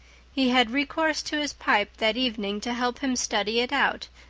he had recourse to his pipe that evening to help him study it out,